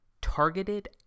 targeted